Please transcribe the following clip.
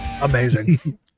Amazing